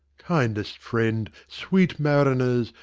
kindest friend, sweet mariners,